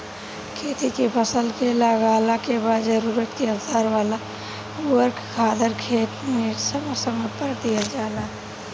खेत में फसल के लागला के बाद जरूरत के अनुसार वाला उर्वरक खादर खेत में समय समय पर दिहल जाला